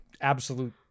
absolute